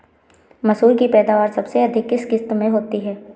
मसूर की पैदावार सबसे अधिक किस किश्त में होती है?